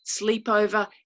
sleepover